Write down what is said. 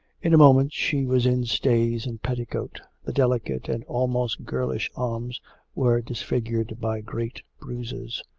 in a moment she was in stays and petticoat. the delicate and almost girlish arms were disfigured by great bruises.